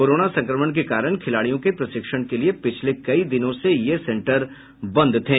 corona संक्रमण के कारण खिलाड़ियों के प्रशिक्षण के लिए पिछले कई दिनों से ये सेंटर बंद थे